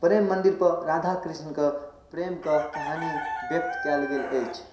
प्रेम मन्दिरपर राधा कृष्णके प्रेमके कहानी व्यक्त कयल गेल अछि